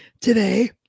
today